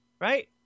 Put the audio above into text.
right